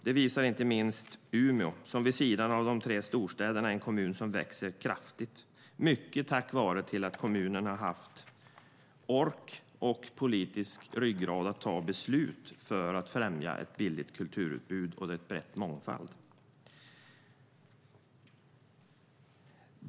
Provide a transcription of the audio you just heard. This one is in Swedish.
Det visar inte minst Umeå, som vid sidan av de tre storstäderna är en kommun som växer kraftigt mycket tack vare att kommunen haft ork och politisk ryggrad att ta beslut för att främja ett billigt kulturutbud och en bred mångfald.